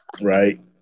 Right